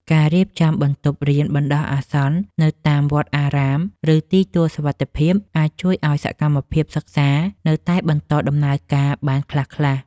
ការរៀបចំបន្ទប់រៀនបណ្តោះអាសន្ននៅតាមវត្តអារាម ឬទីទួលសុវត្ថិភាព អាចជួយឱ្យសកម្មភាពសិក្សានៅតែបន្តដំណើរការបានខ្លះៗ។